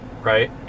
Right